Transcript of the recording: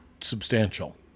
substantial